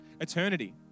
eternity